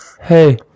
Hey